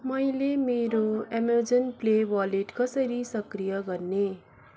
मैले मेरो Amazon Pay wallet कसरी सक्रिय गर्ने